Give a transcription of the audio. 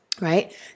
right